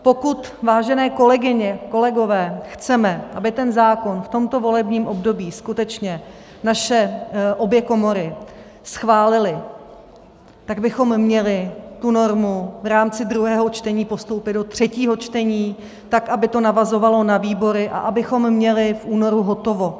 Pokud, vážené kolegyně a kolegové, chceme, aby ten zákon v tomto volebním období skutečně obě komory schválily, tak bychom měli tu normu v rámci druhého čtení postoupit do třetího čtení tak, aby to navazovalo na výbor a abychom měli v únoru hotovo.